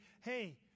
hey